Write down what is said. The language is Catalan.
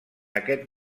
aquest